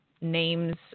names